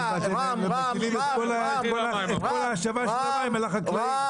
ואתם מטילים את כל ההשבה של המים על החקלאים.